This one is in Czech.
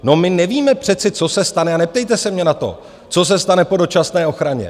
No, my nevíme přece, co se stane, a neptejte se mě na to, co se stane po dočasné ochraně.